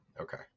Okay